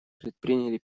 предприняли